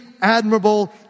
admirable